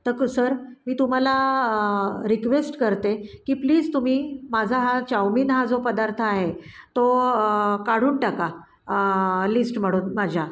तर सर मी तुम्हाला रिक्वेस्ट करते की प्लीज तुम्ही माझा हा चाऊमिन हा जो पदार्थ आहे तो काढून टाका लिस्ट मधून माझ्या